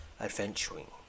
adventuring